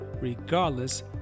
regardless